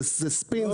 זה ספין,